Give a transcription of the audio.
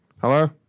Hello